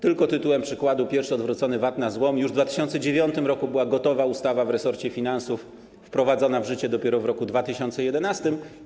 Tylko tytułem przykładu, pierwszy odwrócony VAT na złom - już w 2009 r. była gotowa ustawa w resorcie finansów, a wprowadzono ją w życie dopiero w roku 2011.